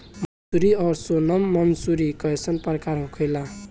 मंसूरी और सोनम मंसूरी कैसन प्रकार होखे ला?